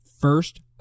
first